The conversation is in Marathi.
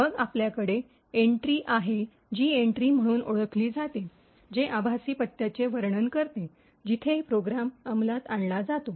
मग आपल्याकडे एंट्री आहे जी एंट्री म्हणून ओळखली जाते जे आभासी पत्त्याचे वर्णन करते जिथे प्रोग्राम अंमलात आणला जातो